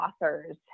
authors